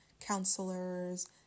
counselors